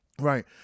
Right